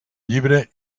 llibre